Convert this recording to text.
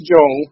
Joe